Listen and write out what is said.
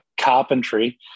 carpentry